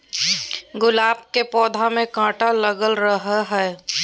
गुलाब के पौधा में काटा लगल रहो हय